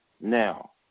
now